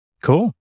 Cool